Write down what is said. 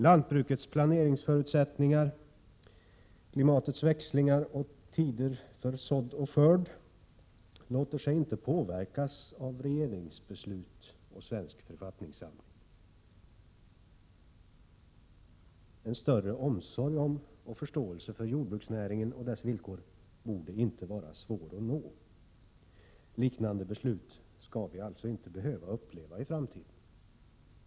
Lantbrukets planeringsförutsättningar, klimatets växlingar och tider för sådd och skörd låter sig inte påverkas av regeringsbeslut och Svensk författningssamling. En större omsorg om och förståelse för jordbruksnäringen och dess villkor borde inte vara svårt att visa. Liknande beslut skall vi inte behöva uppleva i framtiden.